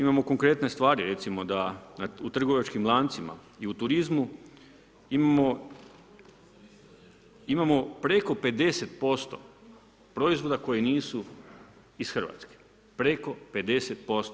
Imamo konkretne stvari, recimo, da u trgovačkim lancima i u turizmu imamo preko 50% proizvoda koji nisu iz Hrvatske, preko 50%